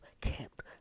kept